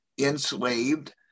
enslaved